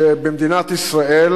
שבמדינת ישראל